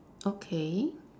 okay